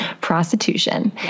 prostitution